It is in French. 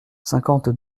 cinquante